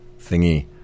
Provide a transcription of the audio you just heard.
thingy